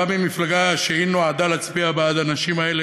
בא ממפלגה שנועדה להצביע בעד האנשים האלה,